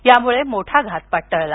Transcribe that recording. यामुळे मोठा घातपात टळला